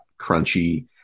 crunchy